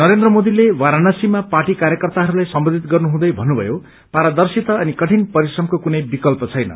नरेन्द्र मोदीले वाराणसीमा पार्टी कार्यकर्ताहरूलाई सम्बोधित गर्नुहुँदै भन्नुभयो पारदर्शिता अनि कठिन परिश्रमको कुनै विकल्प छैन